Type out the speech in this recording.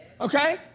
Okay